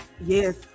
Yes